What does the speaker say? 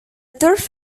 turf